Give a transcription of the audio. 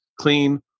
clean